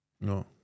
No